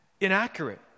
inaccurate